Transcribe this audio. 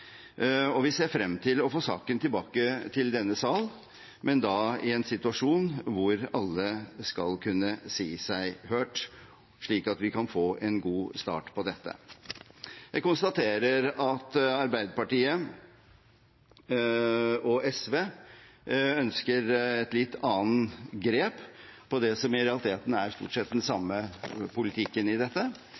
Vi ser frem til å få saken tilbake til denne sal, men da i en situasjon hvor alle skal kunne si seg hørt, slik at vi kan få en god start på dette. Jeg konstaterer at Arbeiderpartiet og SV ønsker et litt annet grep om det som i realiteten stort sett er den samme politikken i dette,